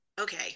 okay